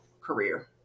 career